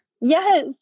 Yes